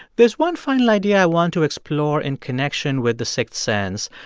there's one final idea i want to explore in connection with the sixth sense.